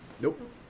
Nope